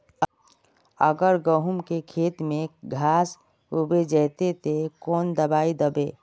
अगर गहुम के खेत में घांस होबे जयते ते कौन दबाई दबे?